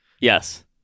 Yes